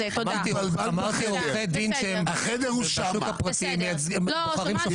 אמרתי עורכי דין שהם בשוק הפרטי בוחרים שופטים.